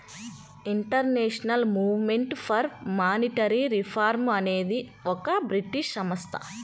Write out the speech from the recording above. international movement for monetary reform అనేది ఒక British సంస్థ